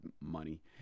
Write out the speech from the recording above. money